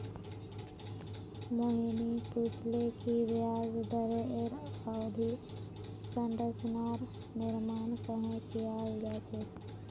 मोहिनी पूछले कि ब्याज दरेर अवधि संरचनार निर्माण कँहे कियाल जा छे